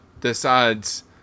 decides